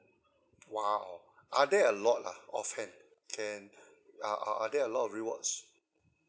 !wow! are there a lot ah off hand can are are there a lot of rewards